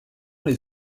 les